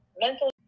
Mental